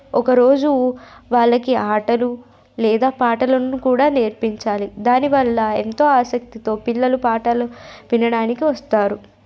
ఒకరోజు వాళ్ళకి ఆటలు లేదా పాటలను కూడా నేర్పించాలి దాని వల్ల ఎంతో ఆసక్తిగా పిల్లలు పాఠాలు వినడానికి వస్తారు